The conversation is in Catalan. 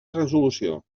resolució